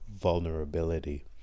vulnerability